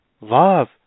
Love